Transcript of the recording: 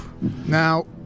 Now